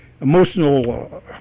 emotional